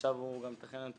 עכשיו הוא גם מתכנן לנו את